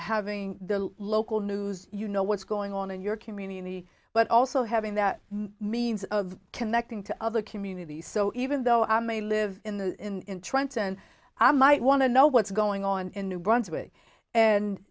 having the local news you know what's going on in your community but also having that means of connecting to other communities so even though i may live in trenton i might want to know what's going on in new brunswick and